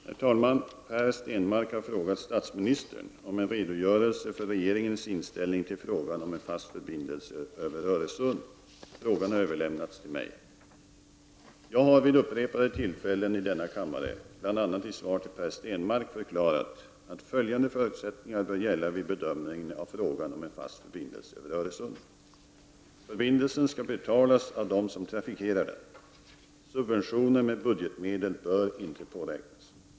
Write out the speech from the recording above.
Herr talman! Per Stenmarck har frågat statsministern om en redogörelse för regeringens inställning till frågan om en fast förbindelse över Öresund. Frågan har överlämnats till mig. Jag har vid upprepade tillfällen i denna kammare, bl.a. i svar till Per Stenmarck, förklarat att följande förutsättningar bör gälla vid bedömningen av frågan om en fast förbindelse över Öresund. Förbindelsen skall betalas av dem som trafikerar den. Subventioner med budgetmedel bör inte påräknas.